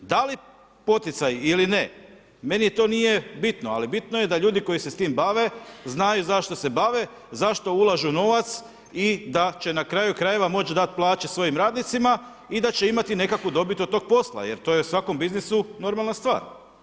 Da li poticaji ili ne, meni to nije bitno, ali bitno je da ljudi koji se s time bave znaju zašto se bave, zašto ulažu novac i da će na kraju-krajeva moći dati plaće svojim radnicima i da će imati nekakvu dobit od tog posla, jer to je u svakom biznisu normalna stvar.